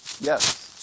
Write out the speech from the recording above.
Yes